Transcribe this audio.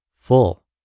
full